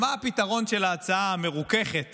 מה הפתרון בהצעה המרוככת